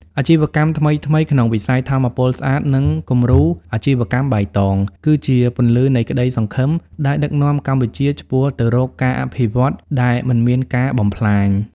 អាជីវកម្មថ្មីៗក្នុងវិស័យថាមពលស្អាត និងគំរូអាជីវកម្មបៃតង គឺជាពន្លឺនៃក្ដីសង្ឃឹមដែលដឹកនាំកម្ពុជាឆ្ពោះទៅរកការអភិវឌ្ឍដែលមិនមានការបំផ្លាញ។